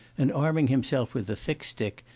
and arming himself with a thick stick,